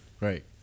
Right